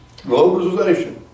Globalization